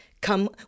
Come